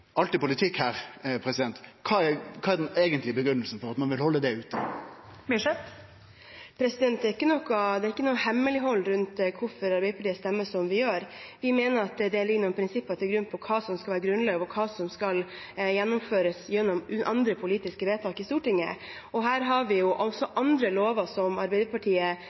alt er jo politikk her. Kva er den eigentlege grunngivinga for at ein vil halde det utanfor? Det er ikke noe hemmelighold rundt hvorfor Arbeiderpartiet stemmer som vi gjør. Vi mener at det ligger noen prinsipper til grunn for hva som skal være grunnlovfestet, og hva som skal gjennomføres gjennom andre politiske vedtak i Stortinget. Det er andre lover som Arbeiderpartiet slår ring rundt, som